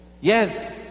Yes